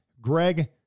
Greg